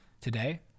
Today